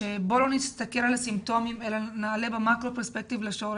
בואו לא נסתכל על הסימפטומים אלא נעלה במקרו פרוספקטיב לשורש.